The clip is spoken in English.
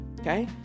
Okay